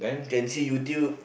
can see YouTube